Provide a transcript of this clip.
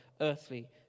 earthly